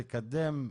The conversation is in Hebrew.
לקדם,